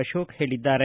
ಅಶೋಕ್ ಹೇಳಿದ್ದಾರೆ